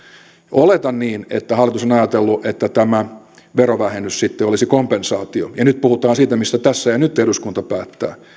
oletan niin että hallitus on ajatellut että tämä verovähennys sitten olisi kompensaatio ja nyt puhutaan siitä mistä tässä ja nyt eduskunta päättää